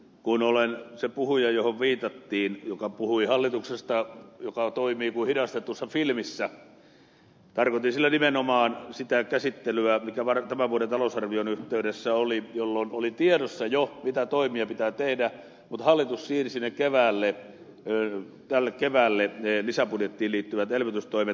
kun olen se puhuja johon viitattiin joka puhui hallituksesta joka toimii kuin hidastetussa filmissä tarkoitin sillä nimenomaan sitä käsittelyä mikä tämän vuoden talousarvion yhteydessä oli jolloin oli tiedossa jo mitä toimia pitää tehdä mutta hallitus siirsi tälle keväälle ne lisäbudjettiin liittyvät elvytystoimet